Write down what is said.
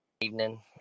evening